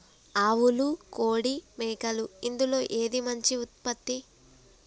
ఆవులు కోడి మేకలు ఇందులో ఏది మంచి ఉత్పత్తి?